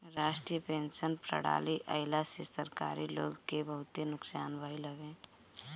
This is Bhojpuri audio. राष्ट्रीय पेंशन प्रणाली आईला से सरकारी लोग के बहुते नुकसान भईल हवे